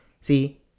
See